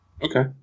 Okay